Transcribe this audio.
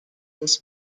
this